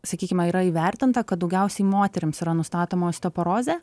sakykime yra įvertinta kad daugiausiai moterims yra nustatoma osteoporozė